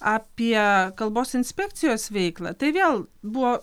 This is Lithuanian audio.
apie kalbos inspekcijos veiklą tai vėl buvo